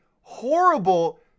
horrible